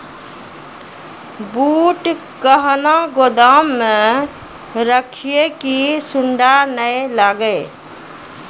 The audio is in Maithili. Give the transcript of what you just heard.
बूट कहना गोदाम मे रखिए की सुंडा नए लागे?